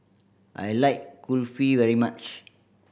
I like Kulfi very much